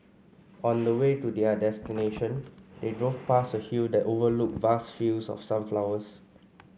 on the way to their destination they drove past a hill that overlooked vast fields of sunflowers